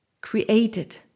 created